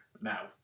now